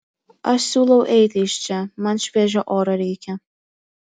aš siūlau eiti iš čia man šviežio oro reikia